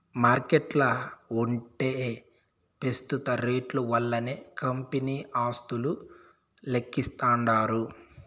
మార్కెట్ల ఉంటే పెస్తుత రేట్లు వల్లనే కంపెనీ ఆస్తులు లెక్కిస్తాండారు